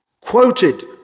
quoted